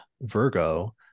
Virgo